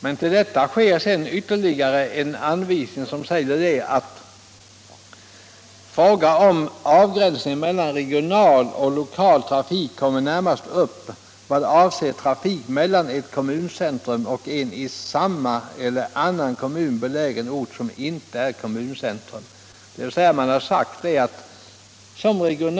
Men där finns det ytterligare en anvisning i vilken det sägs följande: ”Fråga om avgränsningen mellan regional och lokal trafik kommer närmast upp vad avser trafik mellan ett kommuncentrum och en i samma eller annan kommun belägen ort som inte är kommuncentrum —-.” Detta står på s. 194 i bilaga 8 till budgetpropositionen.